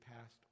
past